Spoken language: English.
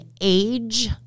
age